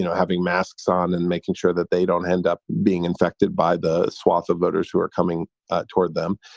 you know having masks on and making sure that they don't end up being infected by the swath of voters who are coming toward them.